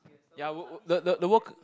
ya work work the the the work